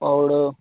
और